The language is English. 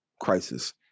crisis